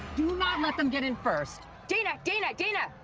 do not let them get in first. dana, dana, dana!